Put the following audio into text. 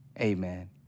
amen